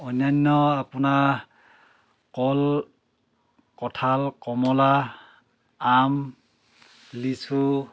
অন্যান্য আপোনাৰ কল কঁঠাল কমলা আম লিচু